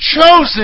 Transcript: chosen